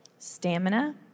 stamina